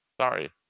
Sorry